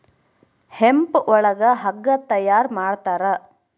hemp ಒಳಗ ಹಗ್ಗ ತಯಾರ ಮಾಡ್ತಾರ